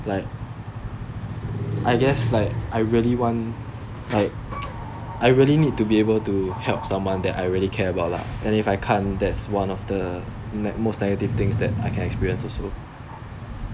like I guess like I really want like I really need to be able to help someone that I really care about lah and if I can't that's one of the ne~ most negative things that I can experience also